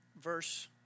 verse